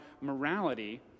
morality